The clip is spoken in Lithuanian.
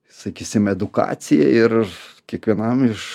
sakysim edukaciją ir kiekvienam iš